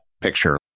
picture